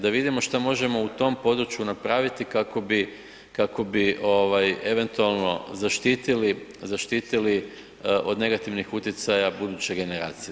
Da vidimo što možemo u tom području napraviti kako bi eventualno zaštitili od negativnih utjecaja buduće generacije.